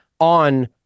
on